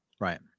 Right